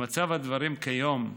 במצב הדברים כיום,